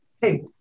hey